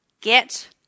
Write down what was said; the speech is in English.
get